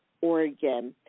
Oregon